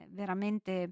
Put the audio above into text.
veramente